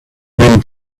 when